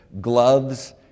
gloves